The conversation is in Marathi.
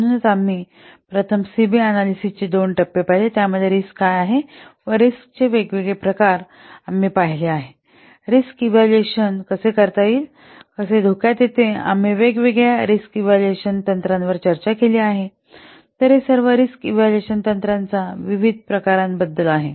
म्हणूनच आम्ही प्रथम सी बी अनॅलिसिसचे दोन टप्पे पाहिले त्यामध्ये रिस्क काय आहे व रिस्क चे वेगवेगळे प्रकार आम्ही पाहिले आहे आणि रिस्कचे इव्हॅल्युएशन कसे करता येईल हे कसे धोक्यात येते आम्ही वेगवेगळ्या रिस्क इव्हॅल्युएशन तंत्रांवर चर्चा केली आहे तर हे सर्व रिस्क इव्हॅल्युएशन तंत्रांच्या विविध प्रकारांबद्दल आहे